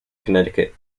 connecticut